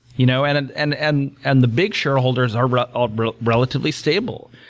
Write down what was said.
you know and and and and the big shareholders are but um are relatively stable.